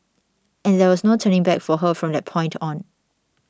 and there was no turning back for her from that point on